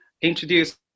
introduce